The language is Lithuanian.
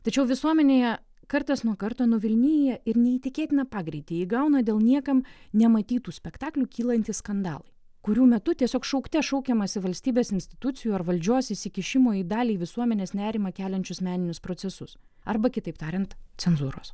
tačiau visuomenėje kartas nuo karto nuvilnija ir neįtikėtiną pagreitį įgauna dėl niekam nematytų spektaklių kylantys skandalai kurių metu tiesiog šaukte šaukiamasi valstybės institucijų ar valdžios įsikišimo į dalį visuomenės nerimą keliančius meninius procesus arba kitaip tariant cenzūros